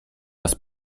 raz